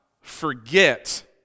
forget